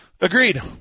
Agreed